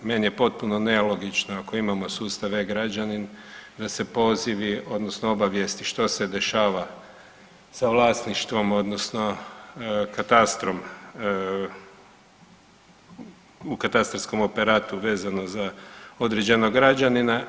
Meni je potpuno nelogično ako imamo sustav e-građanin da se pozivi, odnosno obavijesti što se dešava sa vlasništvom, odnosno katastrom u katastarskom operatu vezano za određenog građanina.